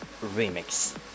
remix